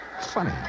Funny